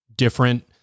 Different